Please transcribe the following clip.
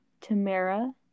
Tamara